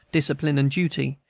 discipline, and duty,